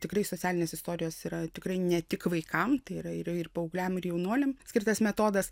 tikrai socialinės istorijos yra tikrai ne tik vaikam tai yra ir ir paaugliam ir jaunuoliam skirtas metodas